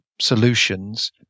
solutions